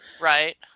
Right